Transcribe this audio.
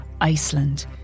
Iceland